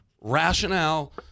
Rationale